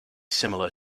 similar